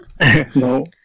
No